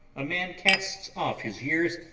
a man casts off his years,